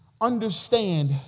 understand